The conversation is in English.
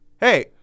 Hey